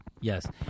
Yes